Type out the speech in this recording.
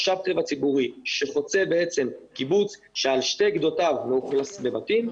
משאב טבע ציבורי שחוצה קיבוץ כשעל שתי גדותיו יש בתים,